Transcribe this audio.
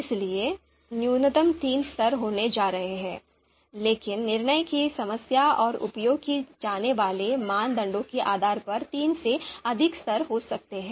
इसलिए न्यूनतम तीन स्तर होने जा रहे हैं लेकिन निर्णय की समस्या और उपयोग किए जाने वाले मानदंडों के आधार पर तीन से अधिक स्तर हो सकते हैं